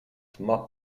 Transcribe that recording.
tma